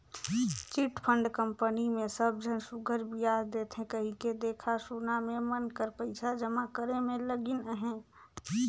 chit fund company मे सब झन सुग्घर बियाज देथे कहिके देखा सुना में मन कर पइसा जमा करे में लगिन अहें